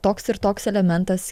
toks ir toks elementas